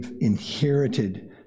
inherited